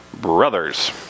brothers